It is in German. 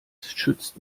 schützt